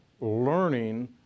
learning